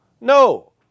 No